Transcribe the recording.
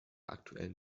aktuellen